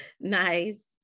nice